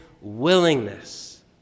willingness